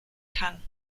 kann